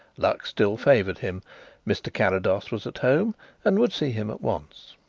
luck still favoured him mr. carrados was at home and would see him at once.